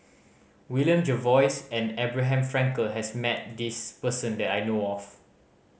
William Jervois and Abraham Frankel has met this person that I know of